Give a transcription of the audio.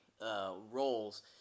roles